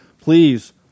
Please